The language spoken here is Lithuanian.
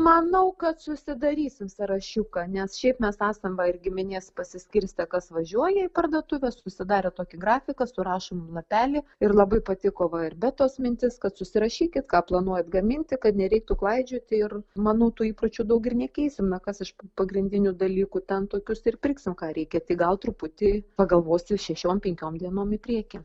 manau kad susidarysim sąrašiuką nes šiaip mes esam va ir giminės pasiskirstę kas važiuoja į parduotuves susidarę tokį grafiką surašom į lapelį ir labai patiko va ir betos mintis kad susirašykit ką planuojat gaminti kad nereiktų klaidžioti ir manau tų įpročių daug ir nekeisim kas iš pagrindinių dalykų ten tokius ir pirksim ką reikia tik gal truputį pagalvosiu šešiom penkiom dienom į priekį